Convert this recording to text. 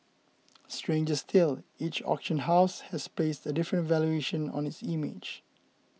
stranger still each auction house has placed a different valuation on its image